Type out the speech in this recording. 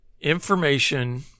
information